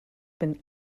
been